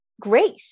great